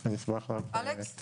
--- אני אשמח להוסיף,